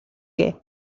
que